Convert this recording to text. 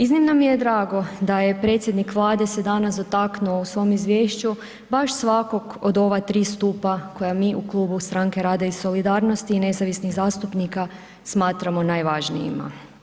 Iznimno mi je drago da je predsjednik Vlade se danas dotaknuo u svom izvješću baš svakog od ova tri stupa koja mi u klub Stranke rada i solidarnosti i nezavisnih zastupnika smatramo najvažnijima.